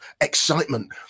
excitement